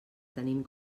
tenim